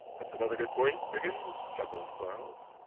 that's another good point, wigan, chuckled quarles.